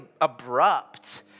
abrupt